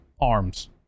arms